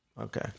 Okay